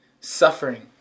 suffering